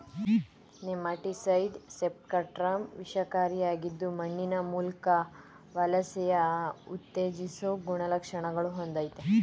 nematicide spectrum ವಿಷಕಾರಿಯಾಗಿದ್ದು ಮಣ್ಣಿನ ಮೂಲ್ಕ ವಲಸೆನ ಉತ್ತೇಜಿಸೊ ಗುಣಲಕ್ಷಣ ಹೊಂದಯ್ತೆ